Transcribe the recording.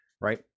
Right